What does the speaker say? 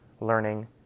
learning